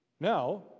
Now